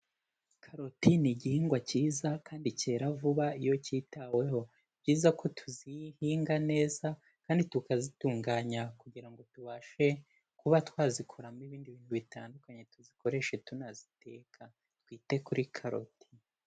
Karoti ni igihingwa cyiza kandi cyera vuba iyo kitaweho. Ni byiza ko tuzihinga neza kandi tukazitunganya kugira ngo ngo tubashe kuba twazikuramo ibindi bintu bitandukanye tuzikoreshe tunaziteka, twite kuri karoti.